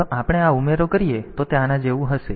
તેથી જો આપણે આ ઉમેરો કરીએ તો તે આના જેવું હશે